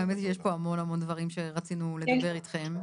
האמת שיש פה המון המון דברים שרצינו לדבר אתכם.